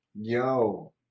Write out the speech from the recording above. Yo